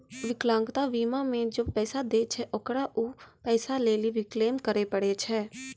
विकलांगता बीमा मे जे पैसा दै छै ओकरा उ पैसा लै लेली क्लेम करै पड़ै छै